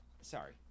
sorry